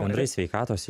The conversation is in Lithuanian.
bendrai sveikatos